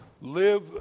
live